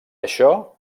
això